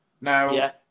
Now